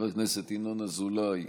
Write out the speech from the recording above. חבר הכנסת ינון אזולאי,